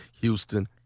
Houston